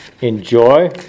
enjoy